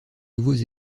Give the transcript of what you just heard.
nouveaux